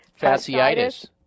Fasciitis